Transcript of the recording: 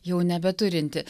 jau nebeturinti